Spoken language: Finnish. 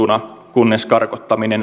kunnes karkottaminen